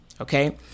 Okay